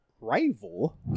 rival